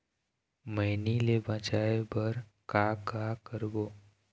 मैनी ले बचाए बर का का करबो?